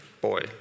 boy